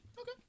Okay